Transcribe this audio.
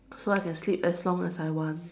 so I can sleep as long as I want